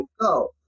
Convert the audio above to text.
go